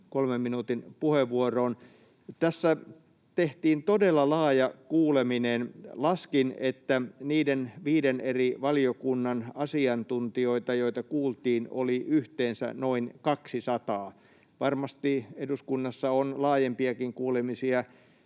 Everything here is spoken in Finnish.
3 minuutin puheenvuoroon. Tässä tehtiin todella laaja kuuleminen. Laskin, että niiden viiden eri valiokunnan asiantuntijoita, joita kuultiin, oli yhteensä noin 200. Varmasti eduskunnassa on laajempiakin kuulemisia